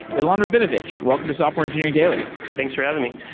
ilan rabinovitch, welcome to software engineering daily thanks for having me.